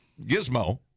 gizmo